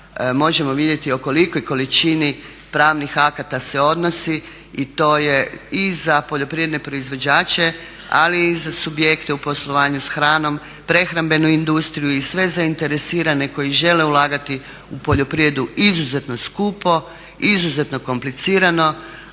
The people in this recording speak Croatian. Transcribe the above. možemo vidjeti o kolikoj količini pravnih akata se odnosi i to je i za poljoprivredne proizvođače ali i za subjekte u poslovanju s hranom, prehrambenu industriju i sve zainteresirane koji žele ulagati u poljoprivredu izuzetno skupu, izuzetno komplicirano.